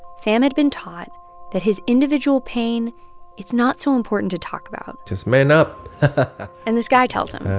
sam had been taught that his individual pain it's not so important to talk about just man up and this guy tells him.